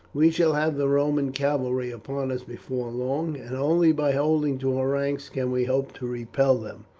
we shall have the roman cavalry upon us before long, and only by holding to our ranks can we hope to repel them.